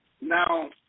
now